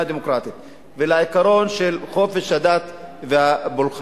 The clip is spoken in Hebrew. דמוקרטית ובעקרון חופש הדת והפולחן.